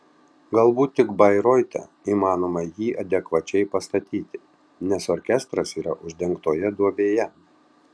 galbūt tik bairoite įmanoma jį adekvačiai pastatyti nes orkestras yra uždengtoje duobėje